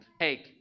Hey